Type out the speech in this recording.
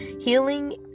healing